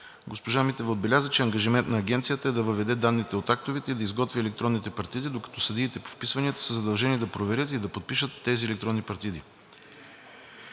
Госпожа Митева отбеляза, че ангажимент на Агенцията е да въведе данните от актовете и да изготви електронните партиди, докато съдиите по вписванията са задължени да проверят и да подпишат тези електронни партиди.